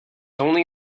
only